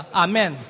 amen